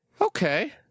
Okay